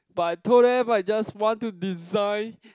but I told them I just want to design